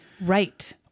right